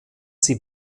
sie